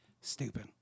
Stupid